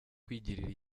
kwigirira